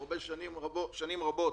שנים רבות